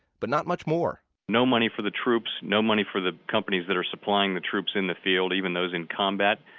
but not much more no money for the troops. no money for the companies that are supplying the troops in the field, even those in combat.